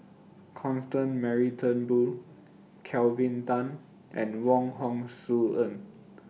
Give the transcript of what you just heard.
Constance Mary Turnbull Kelvin Tan and Wong Hong Suen